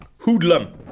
Hoodlum